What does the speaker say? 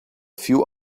few